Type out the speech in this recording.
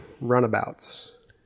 runabouts